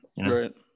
Right